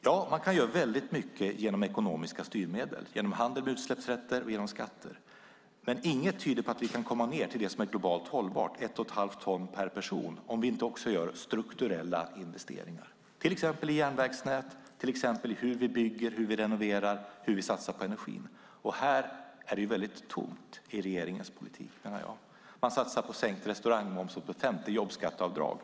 Ja, man kan göra mycket genom ekonomiska styrmedel - genom handel med utsläppsrätter, genom skatter - men inget tyder på att vi kan komma ned till det som är globalt hållbart, ett och ett halvt ton per person, om vi inte även gör strukturella investeringar, till exempel i järnvägsnät, hur vi bygger, hur vi renoverar, hur vi satsar på energin. Här är det tomt vad gäller regeringens politik, menar jag. Man satsar i stället på sänkt restaurangmoms och ett femte jobbskatteavdrag.